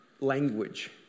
language